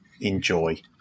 enjoy